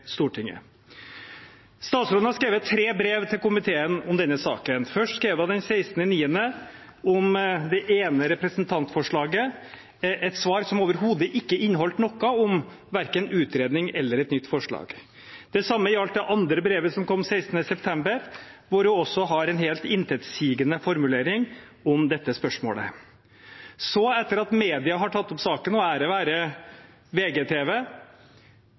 Stortinget. Statsråden har skrevet tre brev til komiteen om denne saken. Først skrev hun den 16. september om det ene representantforslaget, et svar som overhodet ikke inneholdt noe om verken utredning eller et nytt forslag. Det samme gjaldt det andre brevet som kom 16. september, hvor hun også har en helt intetsigende formulering om dette spørsmålet. Så, etter at media har tatt opp saken – og ære være VGTV